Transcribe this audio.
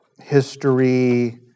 history